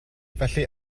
felly